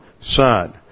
son